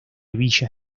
villa